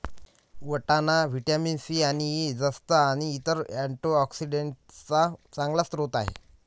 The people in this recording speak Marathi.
वाटाणा व्हिटॅमिन सी आणि ई, जस्त आणि इतर अँटीऑक्सिडेंट्सचा चांगला स्रोत आहे